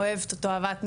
אוהבת אותו אהבת נפש,